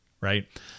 right